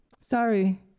sorry